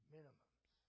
Minimums